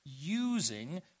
using